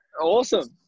Awesome